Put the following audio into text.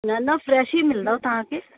न न फ़्रेश ई मिलदव तव्हांखे